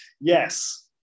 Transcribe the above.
yes